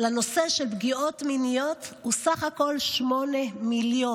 לנושא של פגיעות מיניות הוא בסך הכול 8 מיליון.